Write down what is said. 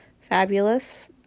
fabulous